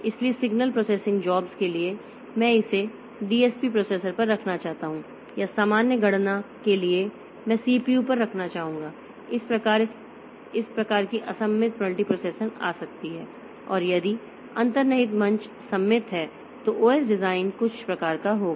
इसलिए signal processing jobs के लिए मैं इसे डीएसपी प्रोसेसर पर रखना चाहता हूं या सामान्य गणना के लिए मैं सीपीयू पर रखना चाहूंगा इस प्रकार इस प्रकार की असममित मल्टीप्रोसेसिंग आ सकती है और यदि अंतर्निहित मंच सममित है तो OS डिज़ाइन कुछ प्रकार का होगा